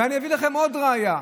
ואני אביא לכם עוד ראיה.